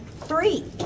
Three